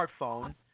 smartphone